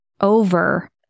over